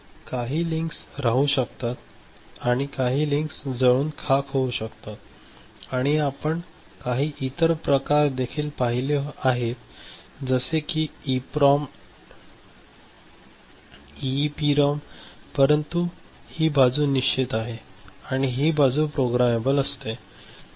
काही लिंक्स राहू शकतात आणि काही लिंक्स जळून खाक होऊ शकतात आणि आपण काही इतर प्रकार देखील पाहिले आहेत जसे कि इप्रॉम इइप्रोम परंतु ही बाजू निश्चित असते आणि ही बाजू प्रोगेमेबल असते